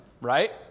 right